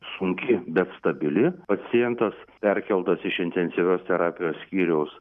sunki bet stabili pacientas perkeltas iš intensyvios terapijos skyriaus